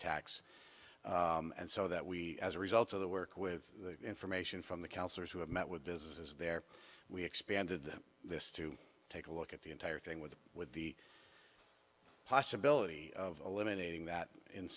tax and so that we as a result of the work with the information from the councillors who have met with businesses there we expanded them this to take a look at the entire thing with the with the possibility of eliminating that in